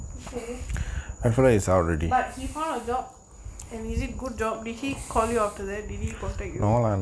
okay but he found a job and is it good job did he call you after that did he contact you